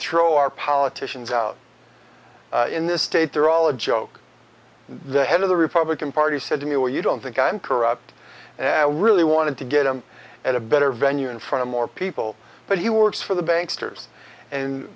throw our politicians out in this state they're all a joke the head of the republican party said to me well you don't think i'm corrupt and really wanted to get him at a better venue in front of more people but he works for the bank's toure's and